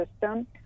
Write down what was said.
system